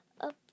up